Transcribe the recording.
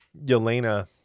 Yelena